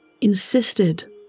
insisted